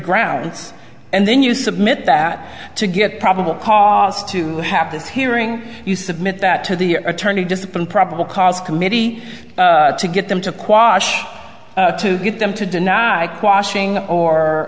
grounds and then you submit that to get probable cause to have this hearing you submit that to the attorney discipline probable cause committee to get them to aquash to get them to deny washing or